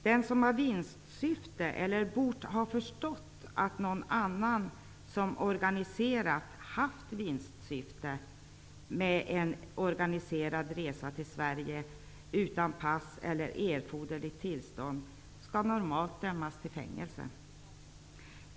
Den som har haft vinstsyfte eller borde ha förstått att någon annan har haft vinstsyfte med en organiserad resa till Sverige utan pass eller erforderligt tillstånd skall normalt dömas till fängelse.